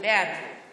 בעד